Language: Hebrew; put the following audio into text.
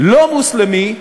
לא מוסלמי,